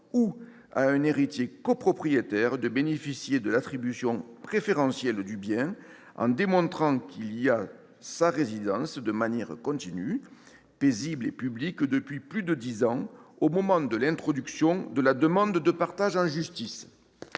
ou à un héritier copropriétaire de bénéficier de l'attribution préférentielle du bien, en démontrant qu'il y a sa résidence de manière continue, paisible et publique depuis plus de dix ans au moment de l'introduction de la demande de partage en justice.